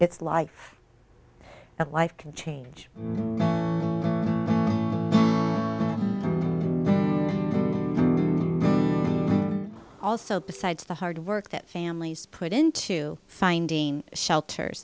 it's like a life change also besides the hard work that families put into finding shelters